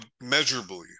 measurably